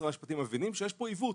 משרד המשפטים מבינים שיש פה עיוות.